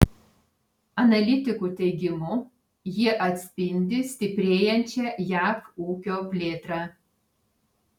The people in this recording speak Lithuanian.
analitikų teigimu jie atspindi stiprėjančią jav ūkio plėtrą